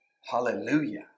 Hallelujah